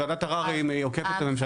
ועדת ערר עוקפת את הממשלה?